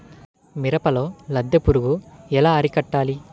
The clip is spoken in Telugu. మిరపలో లద్దె పురుగు ఎలా అరికట్టాలి?